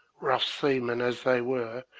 rough seamen as they were,